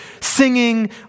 singing